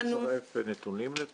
את יכולה לצרף נתונים?